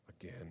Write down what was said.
again